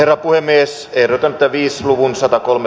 loppui myös verotonta viisluvun satakolme